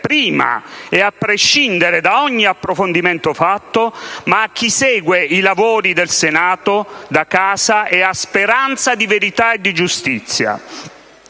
prima e a prescindere da ogni approfondimento fatto, ma a chi segue i lavori del Senato da casa e ha speranza di verità e giustizia.